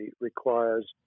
requires